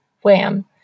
wham